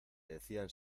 decían